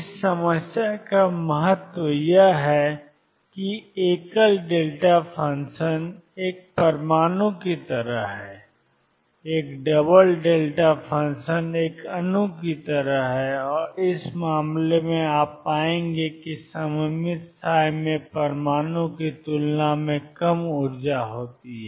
इस समस्या का महत्व यह है कि एक एकल डेल्टा फ़ंक्शन एक परमाणु की तरह है और एक डबल डेल्टा फ़ंक्शन एक अणु की तरह है और इस मामले में आप पाएंगे कि सममित में परमाणु की तुलना में कम ऊर्जा होती है